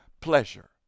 pleasure